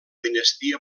dinastia